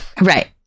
right